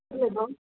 ए